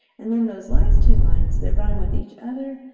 i mean those last two lines that rhyme with each other,